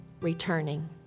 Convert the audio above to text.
returning